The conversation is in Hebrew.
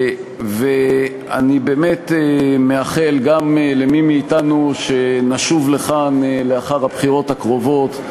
אני באמת מאחל גם למי מאתנו שישוב לכאן לאחר הבחירות הקרובות,